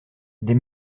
des